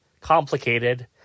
complicated